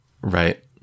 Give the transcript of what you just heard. Right